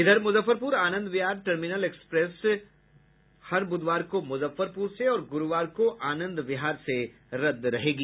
वहीं Muzaffarpur Anand Vihar terminal express हर बुधवार को मुजफ्फरपुर से और गुरूवार को आनंद विहार से रद्द रहेगी